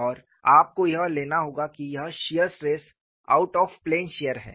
और आपको यह लेना होगा कि यह shear stress out of plane shear है